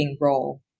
role